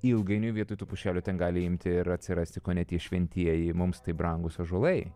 ilgainiui vietoj tų pušelių ten gali imti ir atsirasti kone šventieji mums tai brangūs ąžuolai